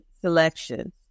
selection